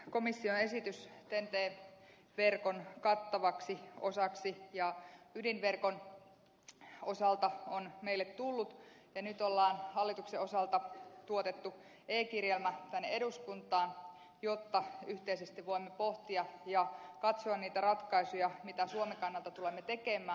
komission esitys ten t verkon kattavaksi osaksi ja ydinverkon osalta on meille tullut ja nyt on hallituksen osalta tuotettu e kirjelmä tänne eduskuntaan jotta yhteisesti voimme pohtia ja katsoa niitä ratkaisuja mitä suomen kannalta tulemme tekemään